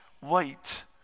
wait